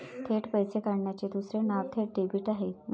थेट पैसे काढण्याचे दुसरे नाव थेट डेबिट आहे